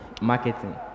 Marketing